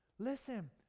Listen